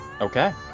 Okay